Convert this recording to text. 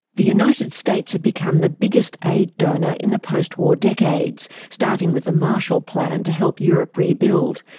the united states had become the biggest aid donor in the post-war decades, starting with the marshall plan to help europe rebuild,